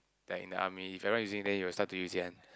thank the army if everyone using it then you will start to use it one